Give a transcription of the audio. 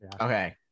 Okay